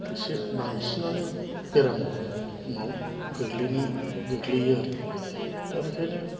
इसे बांसिनानो बेरामाव गोग्लैयो आरो दा बेखायनो